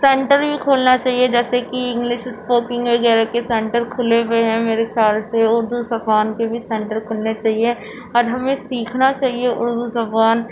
centre بھی کھولنا چاہیے جیسے کہ انگلش اسپوکنگ وغیرہ کے سینٹر کھلے ہوئے ہیں میرے سارے سے اردو زبان کے بھی سینٹر کھلنے چاہیے اور ہمیں سیکھنا چاہیے اردو زبان